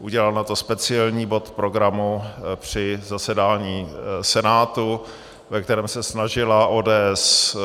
Udělal na to speciální bod programu při zasedání Senátu, ve kterém se snažila ODS,